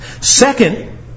Second